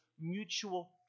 mutual